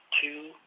two